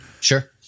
sure